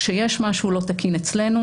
כשיש משהו לא תקין אצלנו,